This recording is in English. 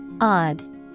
Odd